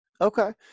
Okay